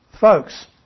folks